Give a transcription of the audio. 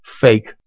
fake